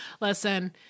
Listen